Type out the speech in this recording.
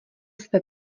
své